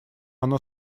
оно